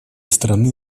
страны